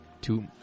Two